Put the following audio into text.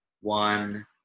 one